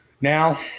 Now